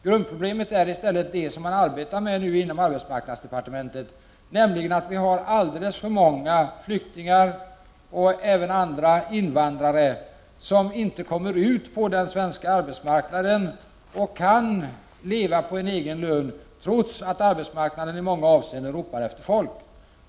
Grundproblemet är i stället det som man nu arbetar med inom arbetsmarknadsdepartementet, nämligen att alldeles för många flyktingar och andra invandrare inte kommer ut på den svenska arbetsmarknaden så att de kan leva på en egen lön, trots att arbetsmarknaden i många avseenden ropar efter folk.